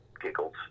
giggles